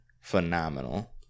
phenomenal